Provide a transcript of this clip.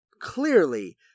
clearly